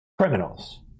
criminals